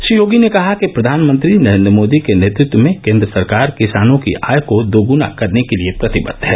श्री योगी ने कहा कि प्रधानमंत्री नरेन्द्र मोदी के नेतत्व में केन्द्र सरकार किसानों की आय को दोगना करने के लिये प्रतिबद्ध है